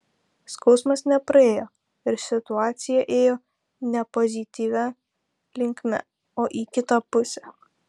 skausmas nepraėjo ir situacija ėjo ne pozityvia linkme o į kitą pusę